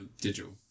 digital